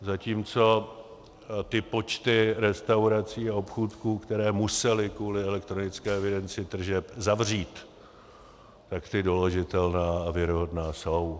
Zatímco ty počty restaurací a obchůdků, které musely kvůli elektronické evidenci tržeb zavřít, tak ty doložitelné a věrohodné jsou.